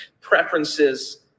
preferences